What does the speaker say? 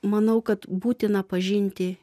manau kad būtina pažinti